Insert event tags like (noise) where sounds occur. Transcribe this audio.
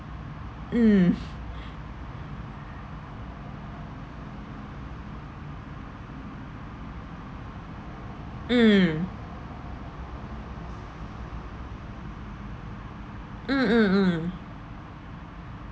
mm (breath) mm mm mm mm